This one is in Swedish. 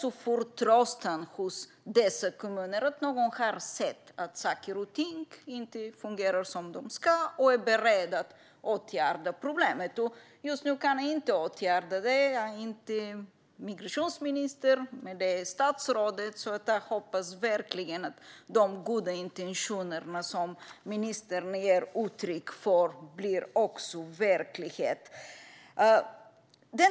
Det ger också förtröstan hos dessa kommuner att någon har sett att saker och ting inte fungerar som de ska och är beredd att åtgärda problemet. Just nu kan vi inte åtgärda det, men jag hoppas verkligen att de goda intentioner som ministern ger uttryck för blir verklighet.